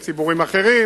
יש ציבור אחר,